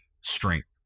Strength